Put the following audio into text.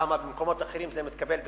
למה במקומות אחרים זה מתקבל חינם?